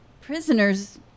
prisoners